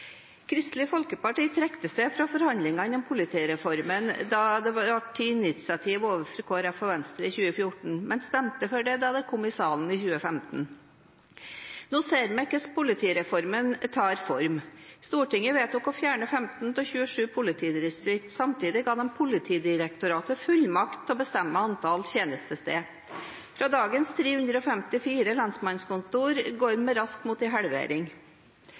Kristelig Folkeparti trakk seg fra forhandlingene om politireformen da det ble tatt initiativ overfor Kristelig Folkeparti og Venstre i 2014, men stemte for den da den kom i salen i 2015. Nå ser vi hvordan politireformen tar form. Stortinget vedtok å fjerne 15 av 27 politidistrikt. Samtidig ga de Politidirektoratet fullmakt til å bestemme antall tjenestesteder. Fra dagens 354 lensmannskontorer går vi raskt mot en halvering. Lokale folkevalgte skal sikres medvirkning i